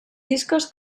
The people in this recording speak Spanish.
discos